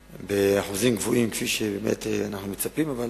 באחוזים גבוהים כפי שבאמת אנחנו מצפים, אבל